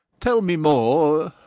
tell me more.